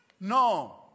No